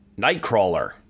Nightcrawler